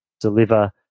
deliver